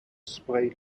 spray